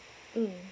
mm